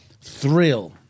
Thrill